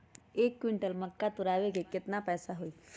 एक क्विंटल मक्का तुरावे के केतना पैसा होई?